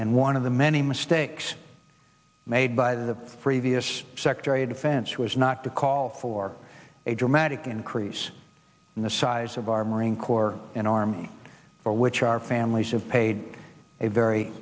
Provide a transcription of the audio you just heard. and one of the many mistakes made by the previous secretary of defense was not to call for a dramatic increase in the size of our marine corps an army for which our families have paid a very